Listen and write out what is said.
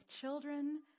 children